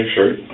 Shirt